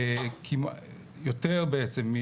יותר בעצם,